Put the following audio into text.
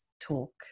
talk